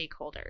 stakeholders